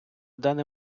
даний